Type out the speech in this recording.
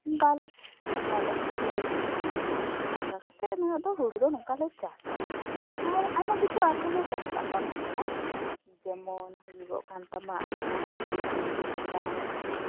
ᱫᱟᱞ ᱞᱟᱞᱮ ᱱᱤᱡᱮ ᱛᱮᱜᱮ ᱚᱱᱠᱟ ᱠᱟᱛᱮ ᱱᱚᱣᱟ ᱫᱚ ᱦᱳᱲᱳ ᱫᱚ ᱱᱚᱝᱠᱟ ᱞᱮ ᱪᱟᱥᱟ ᱟᱨ ᱟᱭᱢᱟ ᱠᱤᱪᱷᱩ ᱟᱨᱦᱚᱸ ᱞᱮ ᱪᱟᱥ ᱟᱵᱟᱫ ᱜᱮᱭᱟ ᱡᱮᱢᱚᱱ ᱦᱩᱭᱩᱜᱚᱜ ᱠᱟᱱ ᱛᱟᱢᱟ ᱟᱢᱟᱜ ᱱᱚᱝᱠᱟᱱ